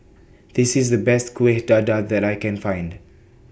This IS The Best Kueh Dadar that I Can Find